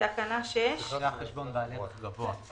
(2)בתקנה 6" ------ חשבון בעל ערך גבוה.